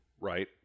right